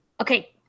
Okay